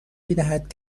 میدهد